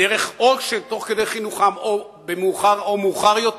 תוך כדי חינוכם או מאוחר יותר,